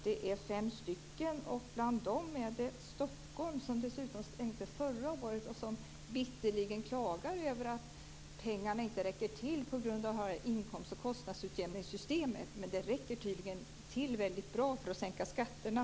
Det är fem stycken, och bland dem finns Stockholm, som dessutom sänkte skatten förra året och som bitterligen klagar över att pengarna inte räcker till på grund av inkomst och kostnadsutjämningssystemet. Men de räcker tydligen till väldigt bra för att sänka skatterna.